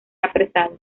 apresado